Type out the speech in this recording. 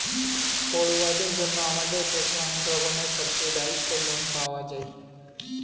পড়ুয়াদের জন্য আমাদের দেশে অনেক রকমের সাবসিডাইস্ড্ লোন পাওয়া যায়